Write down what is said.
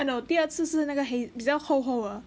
eh no 第二次是那个黑比较厚厚的